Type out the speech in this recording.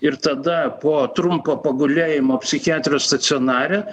ir tada po trumpo pagulėjimo psichiatrijos stacionare